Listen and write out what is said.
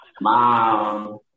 Mom